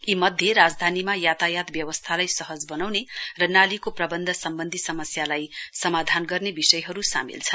यी मध्ये राजधानीमा यातायात व्यवस्थालाई कम सहज बनाउने र नालीको प्रवन्ध सम्वन्धी समस्यालाई समाधान गर्ने विषयहरू सामेल छन्